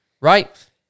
right